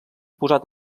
posat